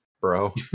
bro